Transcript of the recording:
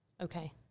Okay